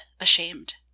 ashamed